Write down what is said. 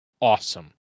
Awesome